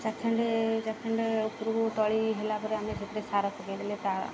ଚାଖଣ୍ଡେ ଚାଖଣ୍ଡେ ଉପରକୁ ତଳି ହେଲା ପରେ ଆମେ ସେଥିରେ ସାର ପକେଇଦେଲେ ତା